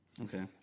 Okay